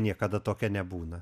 niekada tokia nebūna